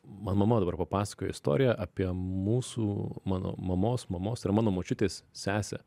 man mama dabar papasakojo istoriją apie mūsų mano mamos mamos ir mano močiutės sesę